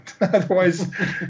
otherwise